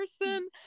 person